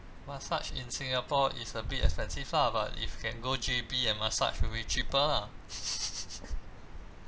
massage in singapore is a bit expensive lah but if you can go J_B and massage will be cheaper lah